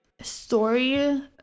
story